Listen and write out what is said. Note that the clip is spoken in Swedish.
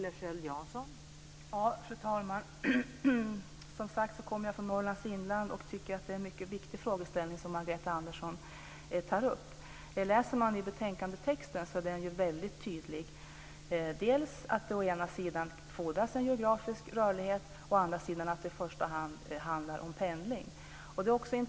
Fru talman! Jag kommer, som sagt, från Norrlands inland och tycker att det är en viktig frågeställning som Margareta Andersson tar upp. Texten i betänkandet är väldigt tydlig dels om att det fordras geografisk rörlighet, dels om att det i första hand handlar om pendling.